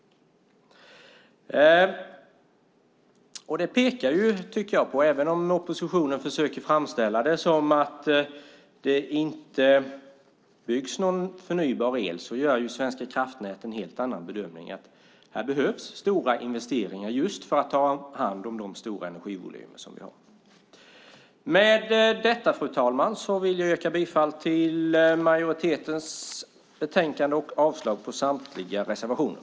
Även om oppositionen försöker framställa det som att det inte byggs någon förnybar el, gör Svenska Kraftnät en helt annan bedömning, att här behövs stora investeringar just för att ta hand om de stora energivolymer som vi har. Med detta, fru talman, vill jag yrka bifall till majoritetens förslag i betänkandet och avslag på samtliga reservationer.